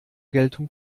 geltung